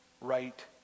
right